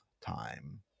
time